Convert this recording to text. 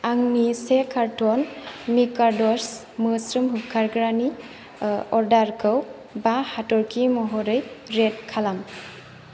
आंनि से कारट'न मिकाद'स मोस्रोम होखारग्रानि अर्डारखौ बा हाथरखि महरै रेट खालाम